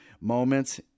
moments